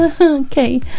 Okay